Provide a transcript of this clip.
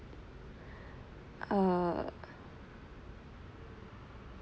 err